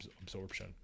absorption